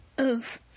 Oof